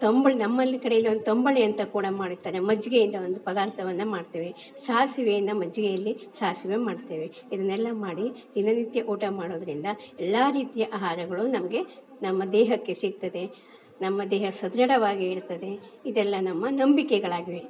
ತಂಬುಳಿ ನಮ್ಮಲ್ಲಿ ಕಡೆಯಲ್ಲಿ ಒಂದು ತಂಬಳಿ ಅಂತ ಕೂಡ ಮಾಡುತ್ತಾರೆ ಮಜ್ಜಿಗೆಯಿಂದ ಒಂದು ಪದಾರ್ಥವನ್ನು ಮಾಡ್ತೇವೆ ಸಾಸಿವೆಯಿಂದ ಮಜ್ಜಿಗೆಯಲ್ಲಿ ಸಾಸಿವೆ ಮಾಡ್ತೇವೆ ಇದನ್ನೆಲ್ಲ ಮಾಡಿ ದಿನನಿತ್ಯ ಊಟ ಮಾಡೋದರಿಂದ ಎಲ್ಲ ರೀತಿಯ ಆಹಾರಗಳು ನಮಗೆ ನಮ್ಮ ದೇಹಕ್ಕೆ ಸಿಗ್ತದೆ ನಮ್ಮ ದೇಹ ಸದೃಢವಾಗಿ ಇರ್ತದೆ ಇದೆಲ್ಲ ನಮ್ಮ ನಂಬಿಕೆಗಳಾಗಿವೆ